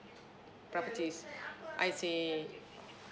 properties I see